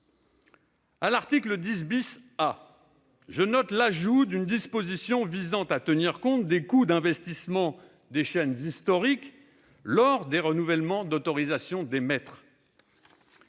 À l'article 10 A, je note l'ajout d'une disposition visant à tenir compte des coûts d'investissement des chaînes historiques lors des renouvellements des autorisations d'émettre.